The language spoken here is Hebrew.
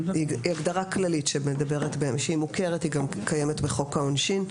זו הגדרה כללית שמוכרת וגם קימת בחוק העונשין.